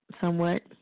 somewhat